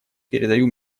передаю